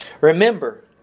Remember